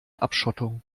abschottung